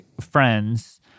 friends